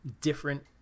different